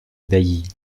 bailly